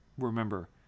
remember